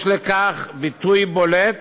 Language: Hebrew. יש לכך ביטוי בולט